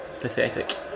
Pathetic